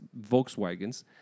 Volkswagens